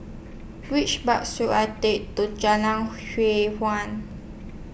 Which Bus should I Take to Jalan